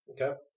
Okay